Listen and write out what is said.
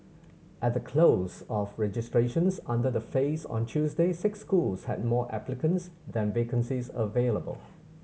at the close of registrations under the phase on Tuesday six schools had more applicants than vacancies available